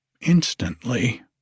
instantly